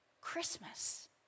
Christmas